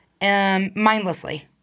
mindlessly